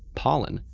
pollen,